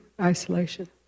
isolation